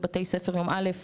בבתי ספר יום א',